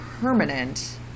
permanent